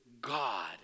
God